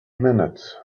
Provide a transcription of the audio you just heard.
minutes